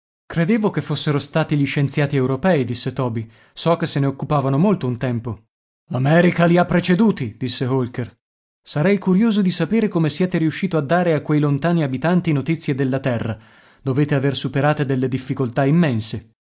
credevo che fossero stati gli scienziati europei disse toby so che se ne occupavano molto un tempo l'america li ha preceduti disse holker sarei curioso di sapere come siete riuscito a dare a quei lontani abitanti notizie della terra dovete aver superate delle difficoltà immense